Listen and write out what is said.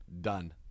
Done